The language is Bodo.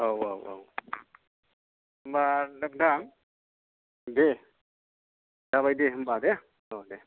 औ औ औ होमबा नोंथां दे जाबाय दे होमबा दे औ दे